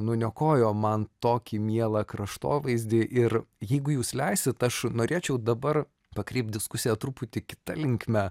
nuniokojo man tokį mielą kraštovaizdį ir jeigu jūs leisit aš norėčiau dabar pakreipt diskusiją truputį kita linkme